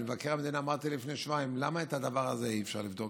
למבקר המדינה אמרתי לפני שבועיים: למה את הדבר הזה אי-אפשר לבדוק?